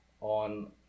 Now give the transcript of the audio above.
on